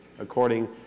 according